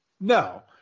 No